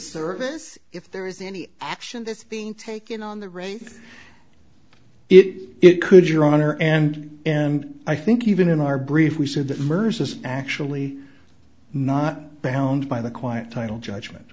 service if there is any action that's being taken on the right it could your honor and and i think even in our brief we said that mers is actually not bound by the quiet title judgment